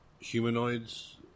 Humanoids